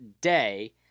day